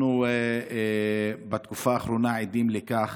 אנחנו בתקופה האחרונה עדים לכך